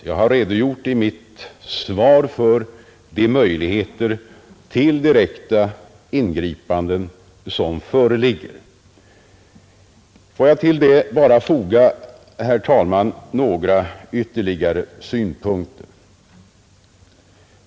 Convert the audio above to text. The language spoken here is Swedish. Jag har i mitt svar redogjort för de möjligheter till direkta ingripanden som föreligger. Får jag till detta bara foga, herr talman, några ytterligare synpunkter.